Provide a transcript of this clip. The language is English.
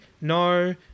No